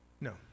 No